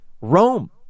Rome